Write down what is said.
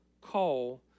call